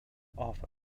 offer